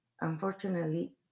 Unfortunately